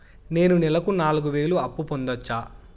నేను నెలకు నాలుగు వేలు అప్పును పొందొచ్చా?